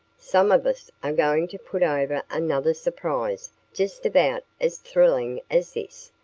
some of us are going to put over another surprise just about as thrilling as this,